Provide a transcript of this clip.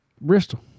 Bristol